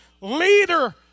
leader